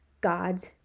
God's